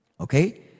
Okay